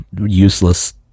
useless